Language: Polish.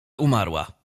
umarła